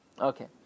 Okay